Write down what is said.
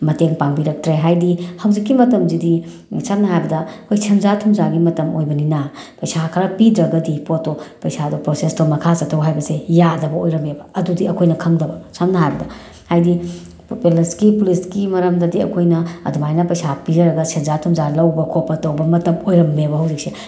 ꯃꯇꯦꯡ ꯄꯥꯡꯕꯤꯔꯛꯇ꯭ꯔꯦ ꯍꯥꯏꯗꯤ ꯍꯧꯖꯤꯛꯀꯤ ꯃꯇꯝꯁꯤꯗꯤ ꯁꯝꯅ ꯍꯥꯏꯔꯕꯗ ꯑꯩꯈꯣꯏ ꯁꯦꯟꯖꯥ ꯊꯨꯝꯖꯥꯒꯤ ꯃꯇꯝ ꯑꯣꯏꯕꯅꯤꯅ ꯄꯩꯁꯥ ꯈꯔ ꯄꯤꯗ꯭ꯔꯒꯗꯤ ꯄꯣꯠꯇꯣ ꯄꯩꯁꯥꯗꯣ ꯄ꯭ꯔꯣꯁꯦꯁꯇꯣ ꯃꯈꯥ ꯆꯠꯊꯧ ꯍꯥꯏꯕꯁꯦ ꯌꯥꯗꯕ ꯑꯣꯏꯔꯝꯃꯦꯕ ꯑꯗꯨꯗꯤ ꯑꯩꯈꯣꯏꯅ ꯈꯪꯗꯕ ꯁꯝꯅ ꯍꯥꯏꯔꯕꯗ ꯍꯥꯏꯗꯤ ꯄꯨꯂꯤꯁꯀꯤ ꯄꯨꯂꯤꯁꯀꯤ ꯃꯔꯝꯗꯗꯤ ꯑꯩꯈꯣꯏꯅ ꯑꯗꯨꯃꯥꯏꯅ ꯄꯩꯁꯥ ꯄꯤꯖꯔꯒ ꯁꯦꯟꯖꯥ ꯊꯨꯝꯖꯥ ꯂꯧꯕ ꯈꯣꯠꯄ ꯇꯧꯕ ꯃꯇꯝ ꯑꯣꯏꯔꯝꯃꯦꯕ ꯍꯧꯖꯤꯛꯁꯦ